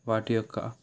వాటి యొక్క